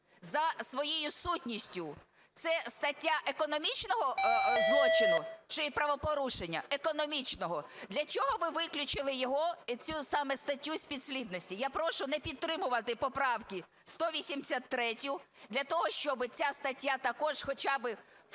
За своєю сутністю це стаття економічного злочину чи правопорушення? Економічного. Для чого ви виключили його... цю саме статтю з підслідності? Я прошу не підтримувати поправки, 183-ю для того, щоб ця стаття також хоча б